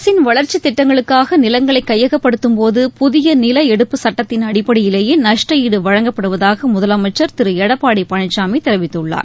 அரசின் வளர்ச்சித்திட்டங்களுக்காக நிலங்களை கையகப்படுத்தும்போது புதிய நில எடுப்பு சுட்டத்தின் அடிப்படையிலேயே நஷ்ட ஈடு வழங்கப்படுவதாக முதலமைச்சர் திரு எடப்பாடி பழனிசாமி தெரிவித்துள்ளார்